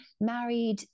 married